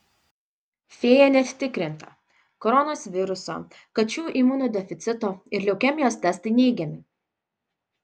fėja net tikrinta koronos viruso kačių imunodeficito ir leukemijos testai neigiami